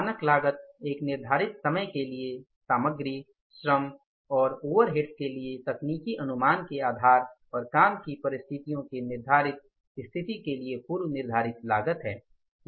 मानक लागत एक निर्धारित समय के लिए सामग्री श्रम और ओवरहेड्स के लिए तकनीकी अनुमान के आधार और काम की परिस्थितियों के निर्धारित स्थिती के लिए पूर्व निर्धारित लागत है